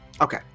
Okay